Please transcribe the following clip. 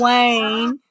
Wayne